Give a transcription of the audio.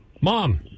Mom